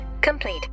complete